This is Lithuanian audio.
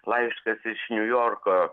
laiškas iš niujorko